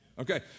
Okay